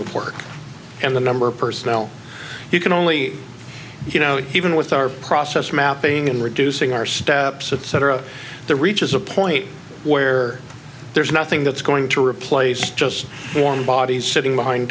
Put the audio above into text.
of work and the number of personnel you can only you know even with our process mapping and reducing our steps etcetera the reaches a point where there's nothing that's going to replace just warm bodies sitting behind